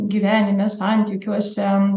gyvenime santykiuose